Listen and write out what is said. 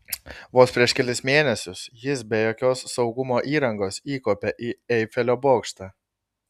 vos prieš kelis mėnesius jis be jokios saugumo įrangos įkopė į eifelio bokštą